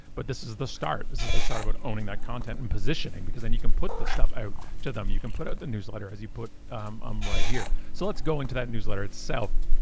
but this is the start. this is the start about owning that content and positioning because then you can put this stuff out to them. you can put out the newsletter as you put um right here. so let's go into that newsletter itself.